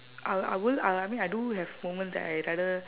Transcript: I'll I will uh I mean I do have moments that I rather